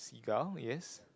girl yes